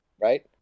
right